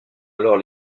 alors